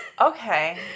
Okay